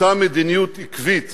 אותה מדיניות עקבית